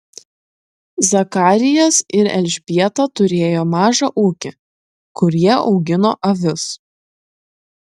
zakarijas ir elžbieta turėjo mažą ūkį kur jie augino avis